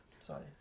Sorry